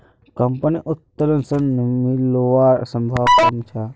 कंपनीर उत्तोलन ऋण मिलवार संभावना कम छ